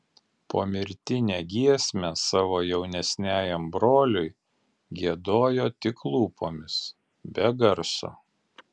pomirtinę giesmę savo jaunesniajam broliui giedojo tik lūpomis be garso